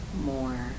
more